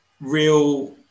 real